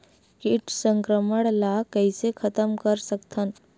कीट संक्रमण ला कइसे खतम कर सकथन?